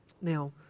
Now